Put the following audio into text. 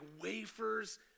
wafers